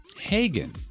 Hagen